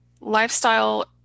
Lifestyle